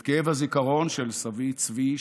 את כאב הזיכרון של סבי צבי,